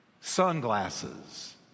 sunglasses